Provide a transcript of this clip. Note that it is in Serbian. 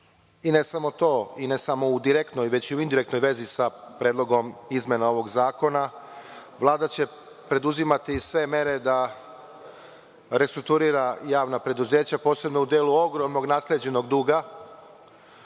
samo to i ne samo u direktnoj, već i u indirektnoj vezi sa predlogom izmena ovog zakona, Vlada će preduzimati sve mere da restrukturira javna preduzeća, posebno u delu ogromnog nasleđenog duga.